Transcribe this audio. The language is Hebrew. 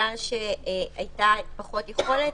יכול להיות שאם ייתנו לנו את החיסונים,